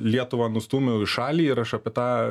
lietuvą nustūmiau į šalį ir aš apie tą